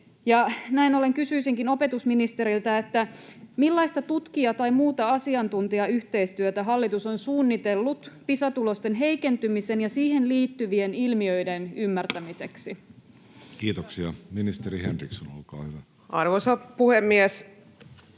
Näin ollen kysyisinkin opetusministeriltä: millaista tutkija- tai muuta asiantuntijayhteistyötä hallitus on suunnitellut Pisa-tulosten heikentymisen ja siihen liittyvien ilmiöiden ymmärtämiseksi? Kiitoksia. — Ministeri Henriksson, olkaa hyvä. Arvoisa puhemies!